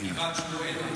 גבעת שמואל.